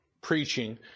preaching